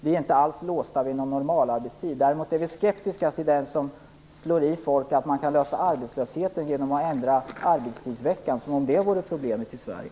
Vi är inte alls låsta vid någon normalarbetstid. Däremot är vi skeptiska till dem som slår i folk att man kan lösa arbetslösheten genom att ändra arbetstidsveckan, som om det vore problemet i Sverige.